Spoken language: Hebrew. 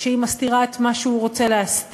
שהיא מסתירה את מה שהוא רוצה להסתיר,